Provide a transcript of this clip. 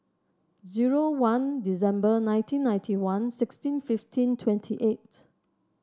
zero one December nineteen ninety one sixteen fifteen twenty eight